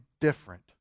different